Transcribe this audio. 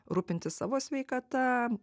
rūpintis savo sveikata